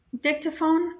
dictaphone